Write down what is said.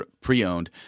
pre-owned